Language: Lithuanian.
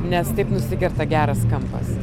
nes taip nusikerta geras kampas